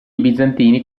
bizantini